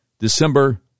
December